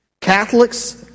Catholics